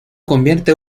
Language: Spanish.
convierte